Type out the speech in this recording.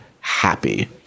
HAPPY